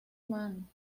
man